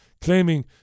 claiming